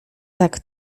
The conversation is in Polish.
tak